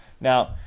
Now